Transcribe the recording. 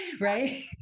Right